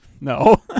No